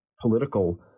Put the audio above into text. political